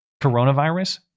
coronavirus